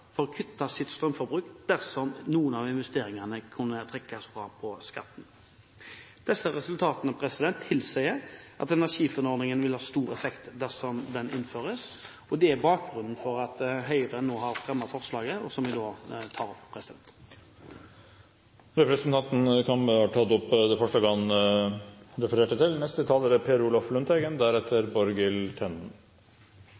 for å kutte sitt strømforbruk dersom noen av investeringene kunne trekkes fra på skatten. Disse resultatene tilsier at EnergiFunn-ordningen vil ha stor effekt dersom den innføres. Det er bakgrunnen for forslaget som Høyre har sammen med Kristelig Folkeparti og Venstre, og som jeg herved tar opp. Representanten Arve Kambe har tatt opp det forslaget han refererte til.